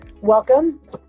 Welcome